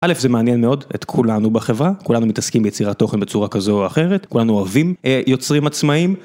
א' זה מעניין מאוד את כולנו בחברה, כולנו מתעסקים ביצירת תוכן בצורה כזו או אחרת, כולנו אוהבים יוצרים עצמאים.